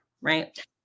right